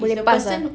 boleh pass ah